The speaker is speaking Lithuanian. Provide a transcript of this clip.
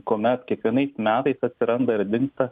kuomet kiekvienais metais atsiranda ir dingsta